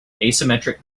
asymmetric